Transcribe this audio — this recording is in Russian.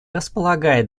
располагает